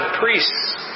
priests